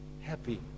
happy